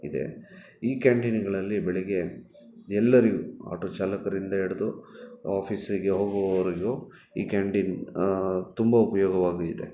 ಇದೆ ಈ ಕ್ಯಾಂಟೀನ್ಗಳಲ್ಲಿ ಬೆಳಗ್ಗೆ ಎಲ್ಲರಿಗೂ ಆಟೋ ಚಾಲಕರಿಂದ ಹಿಡ್ದು ಆಫೀಸಿಗೆ ಹೋಗುವವರೆಗೂ ಈ ಕ್ಯಾಂಟೀನ್ ತುಂಬ ಉಪಯೋಗವಾಗಿ ಇದೆ